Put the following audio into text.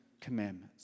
commandments